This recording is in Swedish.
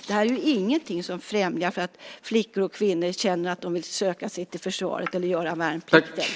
Det här är ju ingenting som främjar att flickor och kvinnor känner att de vill söka sig till försvaret eller göra värnplikten.